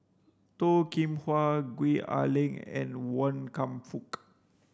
Toh Kim Hwa Gwee Ah Leng and Wan Kam Fook